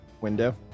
window